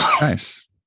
nice